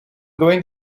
going